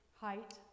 height